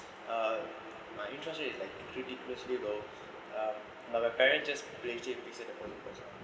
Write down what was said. uh my interest rate is like ridiculously low uh but my parents just pay him because